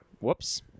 Whoops